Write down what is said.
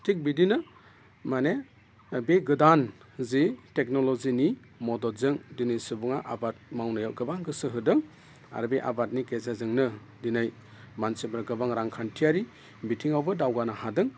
थिग बिदिनो माने बे गोदान जि टेकनलजिनि मददजों दिनै सुबुङा आबाद मावनायाव गोबां गोसो होदों आरो बे आबादनि गेजेरजोंनो दिनै मानसिफ्रा गोबां रांखानथियारि बिथिङावबो दावगानो हादों